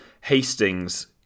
Hastings